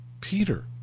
peter